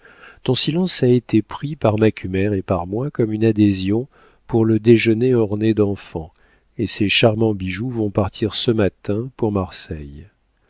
ton silence a été pris par macumer et par moi comme une adhésion pour le déjeuner orné d'enfants et ces charmants bijoux vont partir ce matin pour marseille